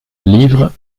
livres